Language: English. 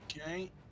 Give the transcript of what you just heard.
Okay